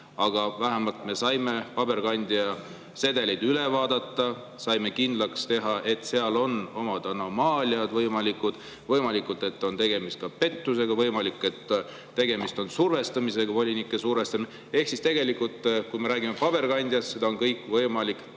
Aga vähemalt me saime pabersedelid üle vaadata, saime kindlaks teha, et seal olid omad anomaaliad võimalikud, võimalik, et oli tegemist pettusega, võimalik, et oli tegemist survestamisega, volinike survestamisega. Ehk tegelikult, kui me räägime paberkandjast, siis on seda kõike võimalik